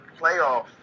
playoffs